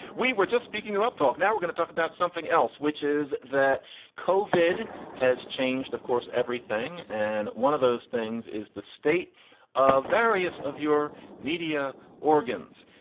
we were just speaking of uptalk. now we're going to talk about something else, which is that colvard has changed, of course, everything. and one of those things is the state of various of your media organs,